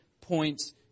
points